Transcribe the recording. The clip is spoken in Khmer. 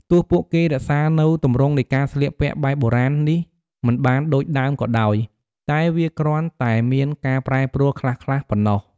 ទោះពួកគេរក្សានូវទម្រង់នៃការស្លៀកពាក់បែបបុរាណនេះមិនបានដូចដើមក៏ដោយ តែវាគ្រាន់តែមានការប្រែប្រួលខ្លះៗប៉ុណ្ណោះ។